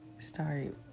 start